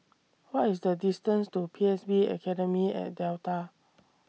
What IS The distance to P S B Academy At Delta